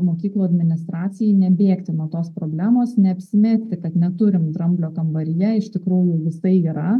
mokyklų administracijai nebėgti nuo tos problemos neapsimesti kad neturim dramblio kambaryje iš tikrųjų jisai yra